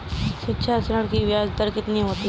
शिक्षा ऋण की ब्याज दर कितनी होती है?